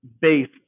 base